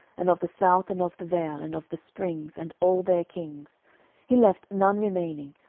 and of the south, and of the vale, and of the springs, and all their kings he left none remaining,